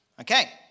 Okay